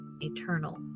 eternal